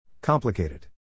Complicated